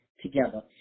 together